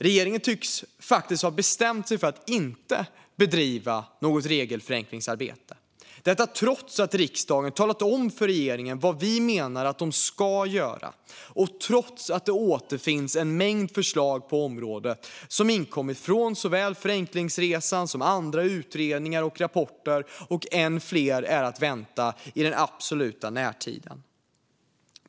Regeringen tycks faktiskt ha bestämt sig för att inte bedriva något regelförenklingsarbete, detta trots att riksdagen har talat om för regeringen vad vi menar att den ska göra och trots att det återfinns en mängd förslag på området som inkommit från såväl Förenklingsresan som andra utredningar och rapporter, och än fler är att vänta i närtid.